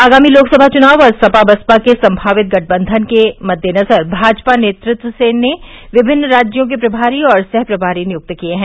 आगामी लोकसभा चुनाव और सपा बसपा के संभावित गठबन्धन के मद्देनज़र भाजपा नेतृत्व ने विभिन्न राज्यों के प्रभारी और सहप्रभारी नियुक्त किये हैं